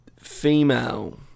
female